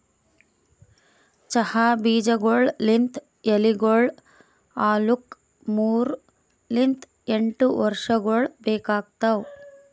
ಚಹಾ ಬೀಜಗೊಳ್ ಲಿಂತ್ ಎಲಿಗೊಳ್ ಆಲುಕ್ ಮೂರು ಲಿಂತ್ ಎಂಟು ವರ್ಷಗೊಳ್ ಬೇಕಾತವ್